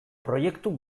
proiektu